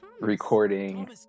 recording